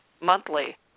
monthly